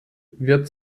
wird